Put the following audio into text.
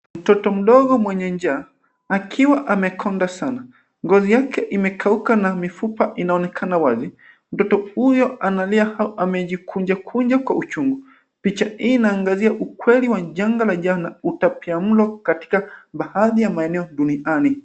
Mtoto mdogo mwenye njaa akiwa amekonda sana. Ngozi yake imekauka na mifupa inaonekana wazi. Mtoto huyo analia au amejikunjakunja kwa uchungu. Picha hii inaangazia ukweli wa janga njaa na utapiamlo katika baadhi ya maeneo duniani.